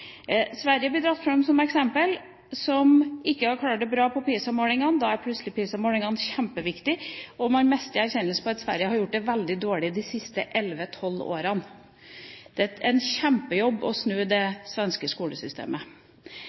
Sverige ble trukket fram som eksempel på et land som ikke har klart det bra på PISA-målingene. Da er plutselig PISA-målingene kjempeviktig, og man mister erkjennelsen av at Sverige har gjort det veldig dårlig de siste elleve–tolv årene. Det er en kjempejobb å snu det svenske skolesystemet.